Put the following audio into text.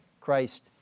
Christ